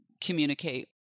communicate